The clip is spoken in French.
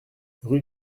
rue